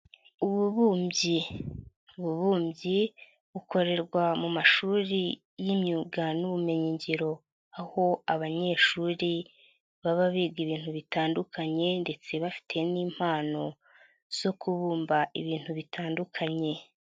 Ububumbyi, ububumbyi bukorerwa mu mashuri y'imyuga n'ubumenyingiro, aho abanyeshuri baba biga ibintu bitandukanye ndetse bafite n'impano zo kubumba ibintu bitandukanye.